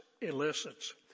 elicits